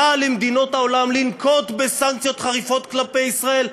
למדינות העולם לנקוט סנקציות חריפות כלפי ישראל,